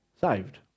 saved